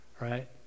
Right